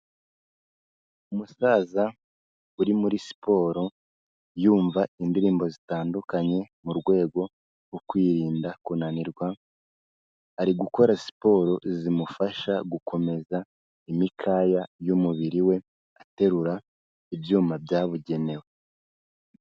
Umusaza uri muri siporo yumva indirimbo zitandukanye mu rwego rwo kwirinda kunanirwa, ari gukora siporo zimufasha gukomeza imikaya y'umubiri we aterura ibyuma byabugenewe.